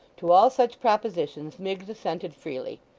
to all such propositions miggs assented freely.